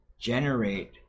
generate